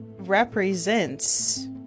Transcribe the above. Represents